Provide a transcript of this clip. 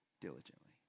Diligently